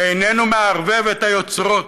שאיננו מערבב את היוצרות.